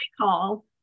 call